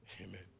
Amen